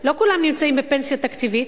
לא כולם נמצאים בפנסיה תקציבית.